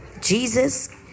Jesus